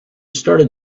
started